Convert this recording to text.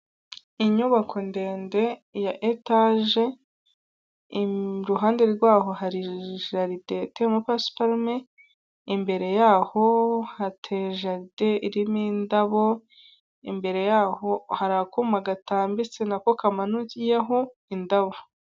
Inyubako ndende ya etage iruhande rwaho hari jaride iteyemo pasiparume, imbere yaho hateye jaride irimo indabo, imbere yaho hari akuma gatambitse nako kamanuyeho indabo.